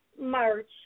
March